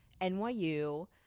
NYU